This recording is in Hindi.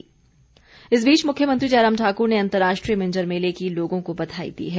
बधाई मिंजर इस बीच मुख्यमंत्री जयराम ठाकुर ने अंतर्राष्ट्रीय मिंजर मेले की लोगों को बधाई दी है